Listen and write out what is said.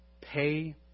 pay